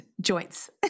joints